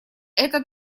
это